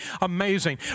amazing